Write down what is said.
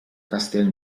castel